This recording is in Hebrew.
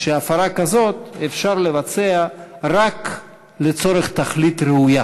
שהפרה כזאת אפשר לבצע רק לצורך תכלית ראויה,